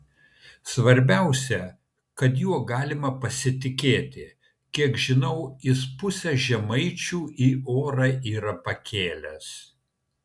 svarbiausia kad juo galima pasitikėti kiek žinau jis pusę žemaičių į orą yra pakėlęs